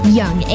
young